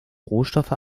rohstoffe